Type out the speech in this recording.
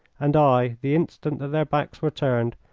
and i, the instant that their backs were turned,